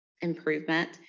improvement